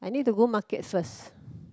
I need to go market first